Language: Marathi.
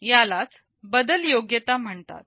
यालाच बदल योग्यता म्हणतात